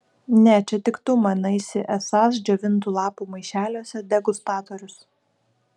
ne čia tik tu manaisi esąs džiovintų lapų maišeliuose degustatorius